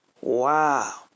wow